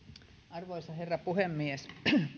arvoisa herra puhemies